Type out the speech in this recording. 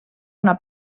una